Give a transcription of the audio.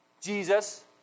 Jesus